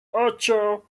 ocho